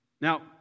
Now